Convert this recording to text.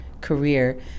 career